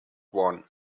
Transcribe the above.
one